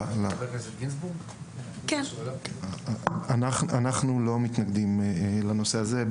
אנחנו לא מתנגדים לנושא הזה,